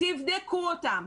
תבדקו אותם,